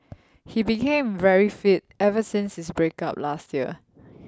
he became very fit ever since his break up last year